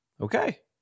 Okay